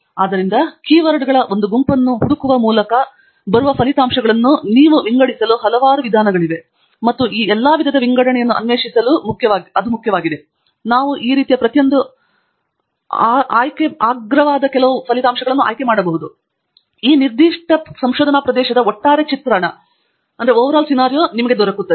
ಆದ್ದರಿಂದ ಕೀವರ್ಡ್ಗಳ ಒಂದು ಗುಂಪನ್ನು ಹುಡುಕುವ ಮೂಲಕ ಬರುವ ಫಲಿತಾಂಶಗಳನ್ನು ನೀವು ವಿಂಗಡಿಸಲು ಹಲವಾರು ವಿಧಾನಗಳಿವೆ ಮತ್ತು ಈ ಎಲ್ಲಾ ವಿಧದ ವಿಂಗಡಣೆಯನ್ನು ಅನ್ವೇಷಿಸಲು ಅದರ ಮುಖ್ಯವಾದವು ಆದ್ದರಿಂದ ನಾವು ಈ ರೀತಿಯ ಪ್ರತಿಯೊಂದು ಅಗ್ರ ಕೆಲವು ಆಯ್ಕೆ ಮಾಡಬಹುದು ಆದ್ದರಿಂದ ಈ ನಿರ್ದಿಷ್ಟ ಸಂಶೋಧನಾ ಪ್ರದೇಶದ ಒಟ್ಟಾರೆ ಚಿತ್ರವನ್ನು ನಮಗೆ ನೀಡುತ್ತದೆ